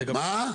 מה?